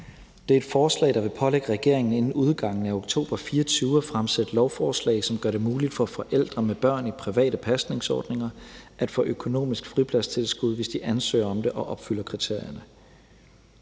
Det er et forslag, der vil pålægge regeringen inden udgangen af oktober 2024 at fremsætte lovforslag, som gør det muligt for forældre med børn i private pasningsordninger at få økonomisk fripladstilskud, hvis de ansøger om det og opfylder kriterierne.